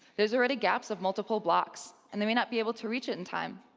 there's already gaps of multiple blocks, and they may not be able to reach it in time.